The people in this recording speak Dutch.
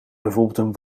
bijvoorbeeld